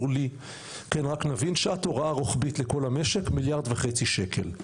רק שנבין: שעת הוראה רוחבית לכל המשק מיליארד וחצי שקל,